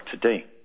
today